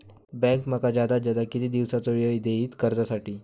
Bank माका जादात जादा किती दिवसाचो येळ देयीत कर्जासाठी?